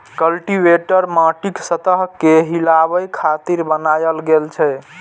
cultivator माटिक सतह कें हिलाबै खातिर बनाएल गेल छै